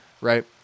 right